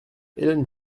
hélène